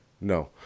no